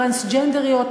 טרנסג'נדריות,